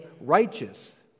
righteous